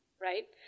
Right